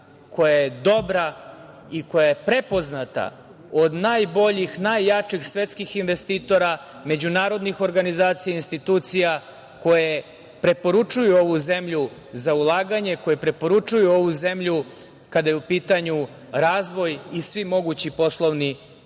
koja je dobra i koja je prepoznata od najboljih, najjačih svetskih investitora, međunarodnih organizacija, institucija koje preporučuju ovu zemlju za ulaganje, koje preporučuju ovu zemlju kada je u pitanju razvoj i svi mogući poslovni i